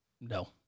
No